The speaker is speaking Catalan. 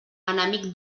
enemic